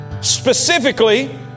specifically